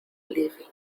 living